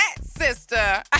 sister